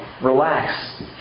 Relax